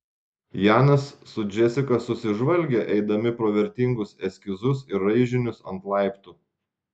janas su džesika susižvalgė eidami pro vertingus eskizus ir raižinius ant laiptų